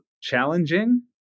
challenging